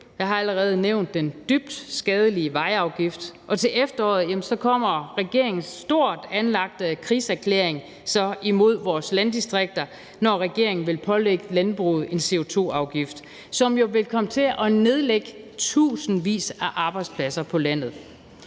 Jeg har allerede nævnt den dybt skadelige vejafgift. Og til efteråret kommer regeringens stort anlagte krigserklæring mod vores landdistrikter, når regeringen vil pålægge landbruget en CO2-afgift, som jo vil komme til at nedlægge tusindvis af arbejdspladser på landet.